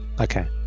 Okay